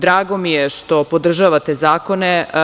Drago mi je što podržavate zakone.